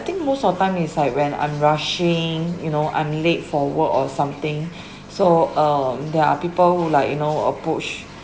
I think most of the time is like I when I'm rushing you know I'm late for work or something so um there are people who like you know approach